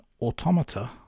Automata